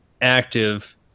active